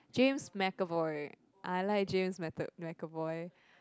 James McAvoy I like James meto~ McAvoy